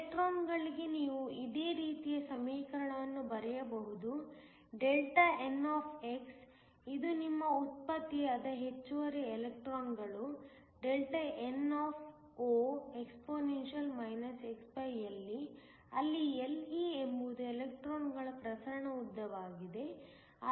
ಎಲೆಕ್ಟ್ರಾನ್ಗಳಿಗೆ ನೀವು ಇದೇ ರೀತಿಯ ಸಮೀಕರಣವನ್ನು ಬರೆಯಬಹುದು Δn ಇದು ನಿಮ್ಮ ಉತ್ಪತ್ತಿಯಾದ ಹೆಚ್ಚುವರಿ ಎಲೆಕ್ಟ್ರಾನ್ಗಳು nnexp⁡ ಅಲ್ಲಿ Le ಎಂಬುದು ಎಲೆಕ್ಟ್ರಾನ್ಗಳ ಪ್ರಸರಣ ಉದ್ದವಾಗಿದೆ